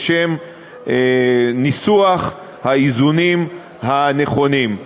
לשם ניסוח האיזונים הנכונים.